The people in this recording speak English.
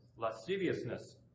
Lasciviousness